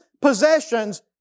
possessions